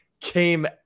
came